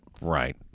Right